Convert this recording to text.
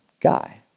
guy